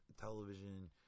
television